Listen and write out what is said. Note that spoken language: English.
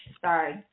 Sorry